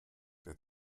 der